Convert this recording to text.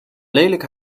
lelijk